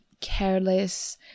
careless